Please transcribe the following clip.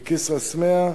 בכסרא-סמיע,